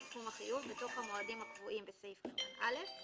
סכום החיוב בתוך המועדים הקבועים בסעיף קטן (א);